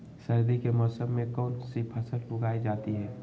सर्दी के मौसम में कौन सी फसल उगाई जाती है?